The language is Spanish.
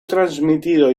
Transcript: transmitido